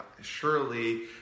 surely